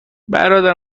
برادر